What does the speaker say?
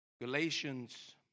Galatians